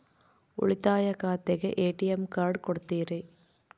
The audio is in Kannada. ಉಳಿತಾಯ ಖಾತೆಗೆ ಎ.ಟಿ.ಎಂ ಕಾರ್ಡ್ ಕೊಡ್ತೇರಿ?